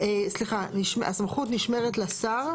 סמכות להקל ביחס לאירופה.